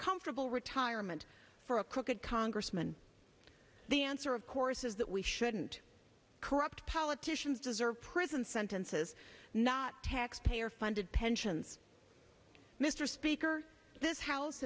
comfortable retirement for a crooked congressman the answer of course is that we shouldn't corrupt politicians deserve prison sentences not taxpayer funded pensions mr speaker this house